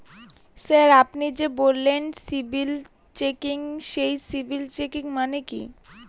Sir আপনি যে বললেন সিবিল চেকিং সেই সিবিল চেকিং মানে কি?